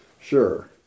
Sure